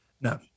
No